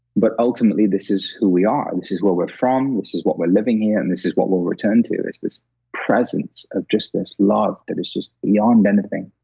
but ultimately, this is who we are. this is where we're from. this is what we're living here, and this is what we'll return to is this presence of just this love that is just beyond anything,